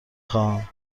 خواهم